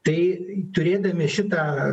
tai turėdami šitą